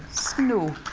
snow.